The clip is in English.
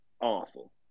awful